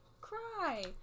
cry